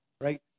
right